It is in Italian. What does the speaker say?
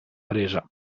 presa